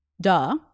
duh